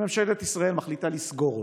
2. אם ממשלת ישראל מחליטה לסגור אותם,